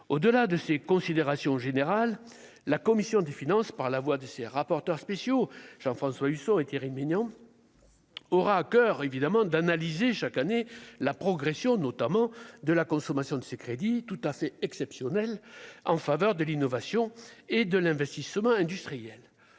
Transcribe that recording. au-delà de ces considérations générales, la commission des finances, par la voix de ses rapporteurs spéciaux Jean-François Husson et Thierry Mignon, aura à coeur évidemment d'analyser chaque année la progression, notamment de la consommation de ces crédits, tout à fait exceptionnel en faveur de l'innovation et de l'investissement industriel,